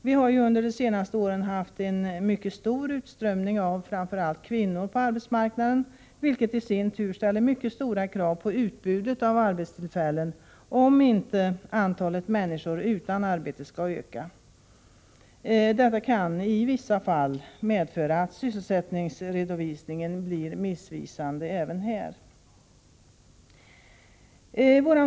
Vi har ju under de senaste åren haft en mycket stor utströmning av framför allt kvinnor på arbetsmarknaden, vilket i sin tur ställer mycket stora krav på utbudet av arbetstillfällen, om inte antalet människor utan arbete skall öka. Detta kan i vissa fall medföra att sysselsättningsredovisningen blir missvisande även här.